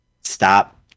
stop